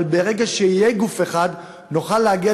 אבל ברגע שיהיה גוף אחד נוכל להגיע